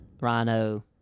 Rhino